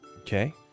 Okay